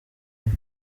umwe